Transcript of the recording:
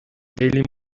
daily